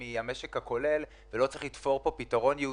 מהמשק הכולל ולא צריך לתפור פה פתרון ייעודי,